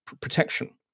protection